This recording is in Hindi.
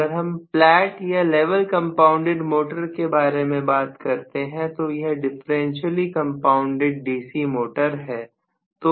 अगर हम प्लाट या लेवल कंपाउंडेड मोटर की बात करें तो यह डिफरेंशियली कंपाउंडेड डीसी मोटर है